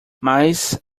mas